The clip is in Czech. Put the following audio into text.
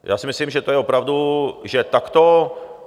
Já si myslím, že to je opravdu... že takto...